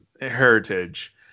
heritage